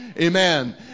Amen